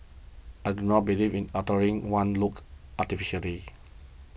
I do not believe in altering one's looks artificially